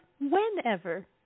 whenever